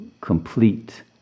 complete